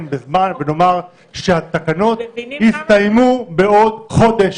בזמן ונאמר שהתקנות יסתיימו בעוד חודש,